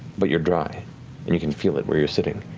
but you're dry and you can feel it where you're sitting.